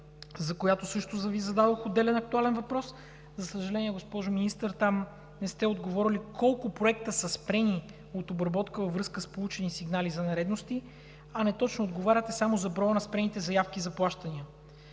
за която също Ви зададох отделен актуален въпрос. За съжаление, госпожо Министър, не сте отговорили колко проекта са спрени от обработка във връзка с получени сигнали за нередности, а неточно отговаряте само за броя на спрените заявки за плащания.